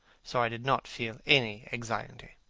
so i did not feel any anxiety.